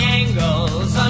angles